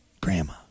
Grandma